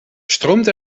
stroomt